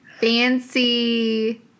Fancy